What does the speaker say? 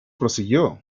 prosiguió